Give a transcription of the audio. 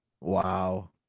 Wow